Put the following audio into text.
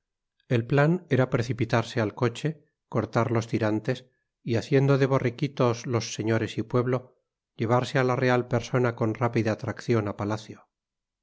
el plan era precipitarse al coche cortar los tirantes y haciendo de borriquitos los señores y pueblo llevarse a la real persona con rápida tracción a palacio